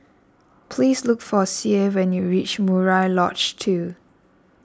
please look for Sie when you reach Murai Lodge two